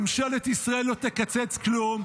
ממשלת ישראל לא תקצץ כלום: